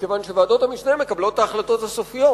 מכיוון שוועדות המשנה מקבלות את ההחלטות הסופיות.